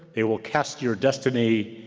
they will cast your destiny,